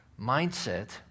mindset